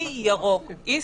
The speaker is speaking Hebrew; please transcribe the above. להבנתי, גם הן